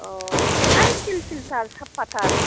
अह है सिल सिलथार साफाथार